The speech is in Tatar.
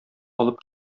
алып